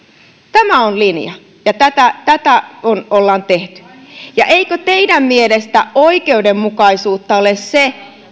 tämä on linja ja tätä tätä ollaan tehty eikö teidän mielestänne oikeudenmukaisuutta ole se